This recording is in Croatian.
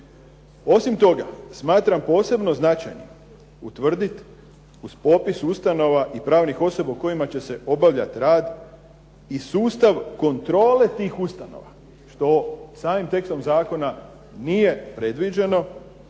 Osim toga, smatram posebno značajnim utvrditi uz popis ustanova i pravnih osoba u kojima će se obavljati rad i sustav kontrole tih ustanova što samim tekstom zakona nije predviđeno,